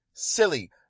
Silly